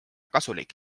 kasulik